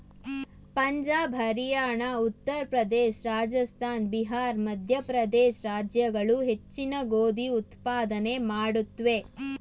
ಪಂಜಾಬ್ ಹರಿಯಾಣ ಉತ್ತರ ಪ್ರದೇಶ ರಾಜಸ್ಥಾನ ಬಿಹಾರ್ ಮಧ್ಯಪ್ರದೇಶ ರಾಜ್ಯಗಳು ಹೆಚ್ಚಿನ ಗೋಧಿ ಉತ್ಪಾದನೆ ಮಾಡುತ್ವೆ